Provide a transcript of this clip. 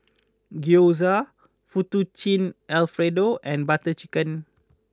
Gyoza Fettuccine Alfredo and Butter Chicken